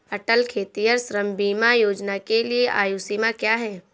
अटल खेतिहर श्रम बीमा योजना के लिए आयु सीमा क्या है?